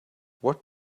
what